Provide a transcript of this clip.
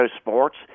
sports